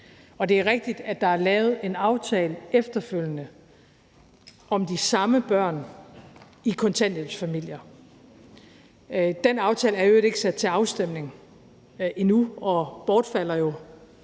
Og det er rigtigt, at der er lavet en aftale efterfølgende om de samme børn i kontanthjælpsfamilier. Den aftale er i øvrigt ikke sat til afstemning endnu og bortfalder jo,